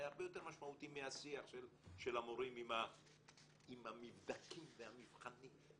היה הרבה משמעותי מהשיח של המורים עם המבדקים והמבחנים.